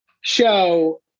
show